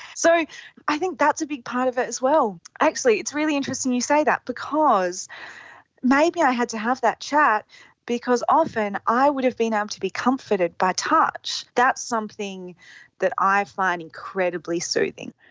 so i think that's a big part of it as well. actually, it's really interesting you say that because maybe i had to have that chat because often i would have been able um to be comforted by touch, that's something that i find incredibly soothing.